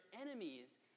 enemies